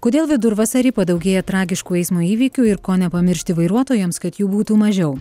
kodėl vidurvasarį padaugėja tragiškų eismo įvykių ir ko nepamiršti vairuotojams kad jų būtų mažiau